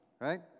right